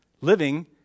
living